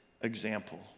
example